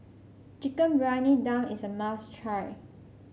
Chicken Briyani Dum is a must try